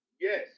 Yes